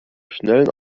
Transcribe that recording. schnellen